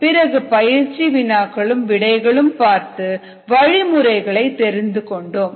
பிறகு பயிற்சி வினாக்களும் விடைகளும் பார்த்து வழிமுறைகளை தெரிந்து கொண்டோம்